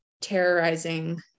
terrorizing